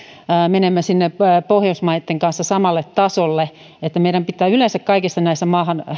menemme pohjoismaitten kanssa samalle tasolle yleensä kaikissa näissä